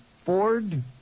Ford